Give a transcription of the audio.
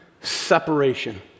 separation